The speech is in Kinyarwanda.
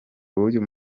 w’uyu